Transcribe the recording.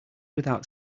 without